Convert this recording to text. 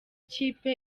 kipe